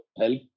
help